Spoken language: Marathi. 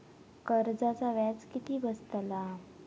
कर्जाचा व्याज किती बसतला?